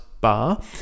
bar